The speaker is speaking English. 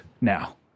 Now